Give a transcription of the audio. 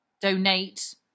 donate